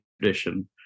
tradition